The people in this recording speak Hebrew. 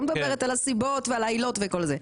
לא מדברת על הסיבות והעילות וכל זה,